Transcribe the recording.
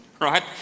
right